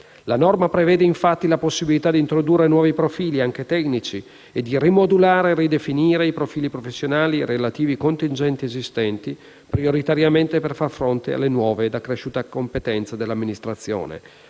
La norma prevede, infatti, la possibilità di introdurre nuovi profili, anche tecnici, e di rimodulare e rivedere i profili professionali e i relativi contingenti esistenti, prioritariamente per far fronte alle nuove e accresciute competenze dell'amministrazione